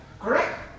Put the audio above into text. Correct